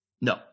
No